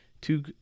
two